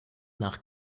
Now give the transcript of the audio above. nach